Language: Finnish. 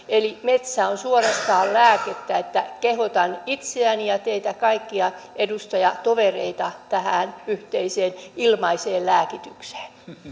eli metsä on suorastaan lääkettä niin että kehotan itseäni ja teitä kaikkia edustajatovereita tähän yhteiseen ilmaiseen lääkitykseen